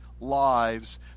lives